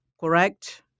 correct